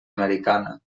americana